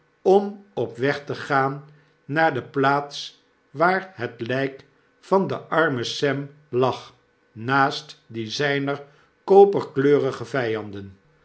om op weg te gaan naar de plaats waar het lyk van den armen sera lag naast die zijner koperkleurige vpnden